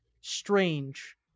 strange